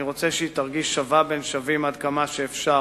אני רוצה שהיא תרגיש שווה בין שווים עד כמה שאפשר".